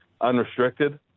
unrestricted